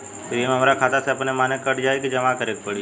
Premium हमरा खाता से अपने माने कट जाई की जमा करे के पड़ी?